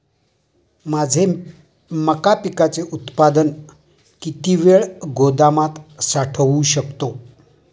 माझे मका पिकाचे उत्पादन किती वेळ गोदामात साठवू शकतो?